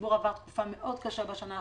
הציבור עבר תקופה מאוד קשה בשנה האחרונה.